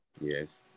Yes